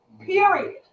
period